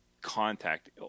contact